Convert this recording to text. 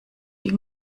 wie